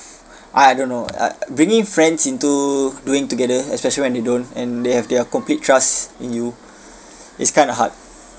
I don't know uh bringing friends into doing together especially when they don't and they have their complete trust in you it's kind of hard